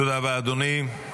תודה רבה, אדוני.